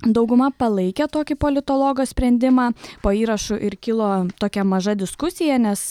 dauguma palaikė tokį politologo sprendimą po įrašu ir kilo tokia maža diskusija nes